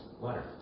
letter